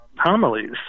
homilies